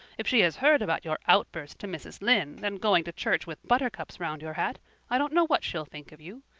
if she has heard about your outburst to mrs. lynde and going to church with buttercups round your hat i don't know what she'll think of you.